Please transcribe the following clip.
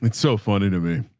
and so funny to me.